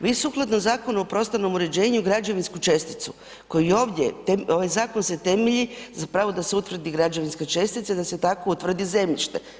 Vi sukladno Zakonu o prostornom uređenju građevinsku česticu koju ovdje, ovdje zakon se temelji zapravo da se utvrdi građevinska čestica i da te tako utvrdi zemljište.